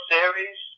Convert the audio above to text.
Series